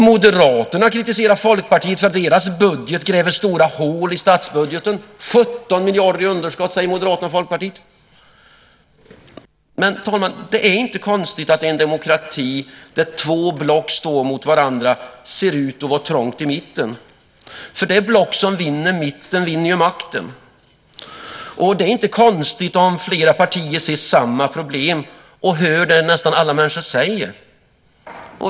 Moderaterna kritiserar Folkpartiet för att deras budget gräver stora hål i statsbudgeten. 17 miljarder i underskott säger Moderaterna om Folkpartiet. Det är inte konstigt att det i en demokrati där två block står mot varandra ser ut att vara trångt i mitten. Det block som vinner mitten vinner ju makten. Och det är inte konstigt om flera partier ser samma problem och hör det som nästan alla människor säger.